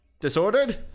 Disordered